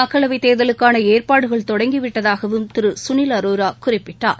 மக்களவைத்தேர்தலுக்கான ஏற்பாடுகள் தொடங்கிவிட்டதாகவும் திரு குறிப்பிட்டார்